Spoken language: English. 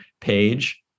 page